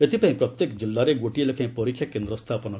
ଏଥିପାଇଁ ପ୍ରତ୍ୟେକ କିଲ୍ଲାରେ ଗୋଟିଏ ଲେଖାଏଁ ପରୀକ୍ଷା କେନ୍ଦ୍ର ସ୍ଥାପନ କରାଯିବ